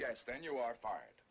yes then you are far